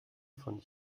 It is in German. von